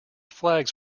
flags